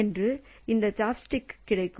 ஒன்று இந்த சாப்ஸ்டிக் கிடைக்கும்